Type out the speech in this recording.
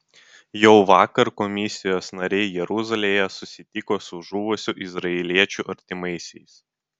jau vakar komisijos nariai jeruzalėje susitiko su žuvusių izraeliečių artimaisiais